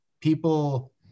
people